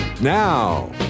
Now